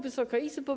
Wysoka Izbo!